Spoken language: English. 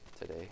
today